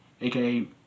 aka